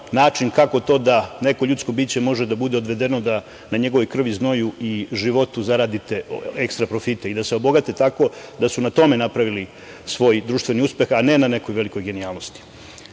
način kako to da neko ljudsko biće može da bude odvedeno da na njegovoj krvi, znoju i životu zaradi te ekstra profite i da se obogate tako da su na tome napravili svoj društveni uspeh, a ne na nekoj velikoj genijalnosti. Takva